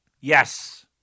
Yes